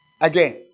Again